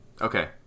Okay